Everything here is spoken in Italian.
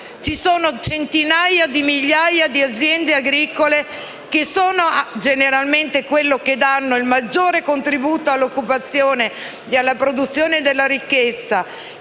ci sono centinaia di migliaia di aziende agricole, che sono generalmente quelle che danno il maggior contributo all'occupazione e alla produzione di ricchezza,